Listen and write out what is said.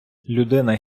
людина